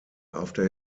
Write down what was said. after